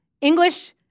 English